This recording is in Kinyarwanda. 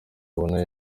abona